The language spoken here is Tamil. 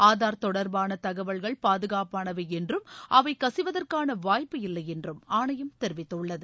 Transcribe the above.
ஆதார் தொடர்பான தகவல்கள் பாதுகாப்பானவை என்றும் அவை கசிவதற்கான வாய்ப்பு இல்லை என்றும் ஆணையம் தெரிவித்துள்ளது